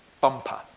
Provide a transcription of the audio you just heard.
bumper